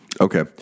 Okay